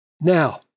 Now